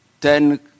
Ten